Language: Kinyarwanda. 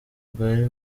bwari